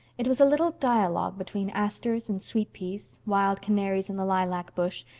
it was a little dialogue between asters and sweet-peas, wild canaries in the lilac bush,